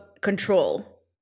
control